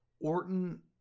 Orton